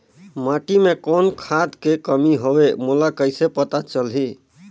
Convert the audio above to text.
माटी मे कौन खाद के कमी हवे मोला कइसे पता चलही?